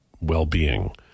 well-being